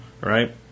right